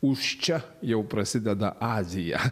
už čia jau prasideda azija